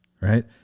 right